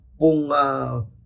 pung